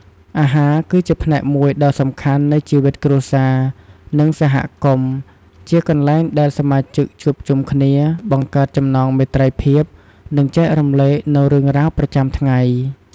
អាហារគឺជាផ្នែកមួយដ៏សំខាន់នៃជីវិតគ្រួសារ និងសហគមន៍ ជាកន្លែងដែលសមាជិកជួបជុំគ្នា បង្កើតចំណងមេត្រីភាព និងចែករំលែករឿងរ៉ាវប្រចាំថ្ងៃ។